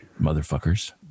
motherfuckers